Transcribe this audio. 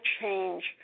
change